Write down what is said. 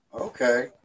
Okay